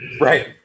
Right